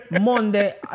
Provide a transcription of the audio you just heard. Monday